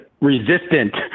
resistant